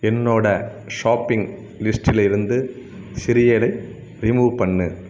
என்னோடய ஷாப்பிங் லிஸ்ட்டிலிருந்து சிரியலை ரிமூவ் பண்ணு